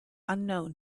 unknown